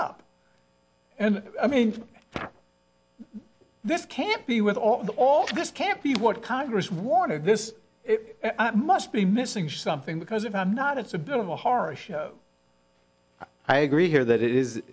up and i mean this can't be with all the all this can't be what congress wanted this it must be missing something because if i'm not it's a bit of a horror show i agree here that it is